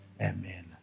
Amen